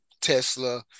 Tesla